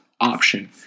option